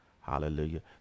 Hallelujah